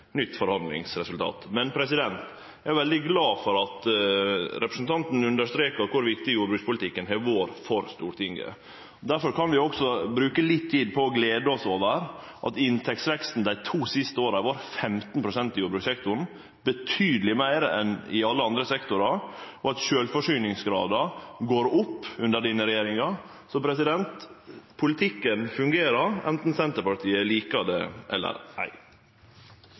nytt forhandlingsresultat. Eg er veldig glad for at representanten understrekar kor viktig jordbrukspolitikken har vore for Stortinget. Difor kan vi også bruke litt tid på å glede oss over at inntektsveksten dei to siste åra har vore 15 pst. i jordbrukssektoren, noko som er betydeleg meir enn i alle andre sektorar, og at sjølvforsyningsgraden går opp under denne regjeringa. Så politikken fungerer anten Senterpartiet likar det eller ei.